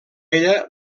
ella